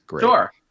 Sure